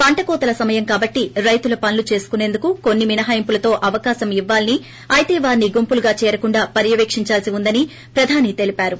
పంట కోతల సమయం కనుక రైతులు పనులు చేసుకునేందుకు కొన్ని మినహాయింపులతో అవకాశం ఇవ్వాలని అయితే వారిని గుంపులుగా చేరకుండా పర్యపేకించాల్పి ఉందని ప్రధాని తెలిపారు